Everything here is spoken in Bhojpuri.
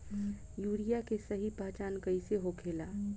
यूरिया के सही पहचान कईसे होखेला?